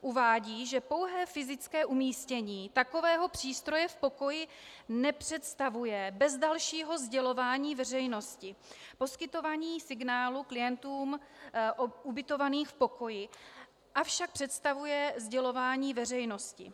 Uvádí, že pouhé fyzické umístění takového přístroje v pokoji nepředstavuje bez dalšího sdělování veřejnosti poskytování signálu klientům ubytovaným v pokoji, avšak představuje sdělování veřejnosti.